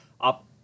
up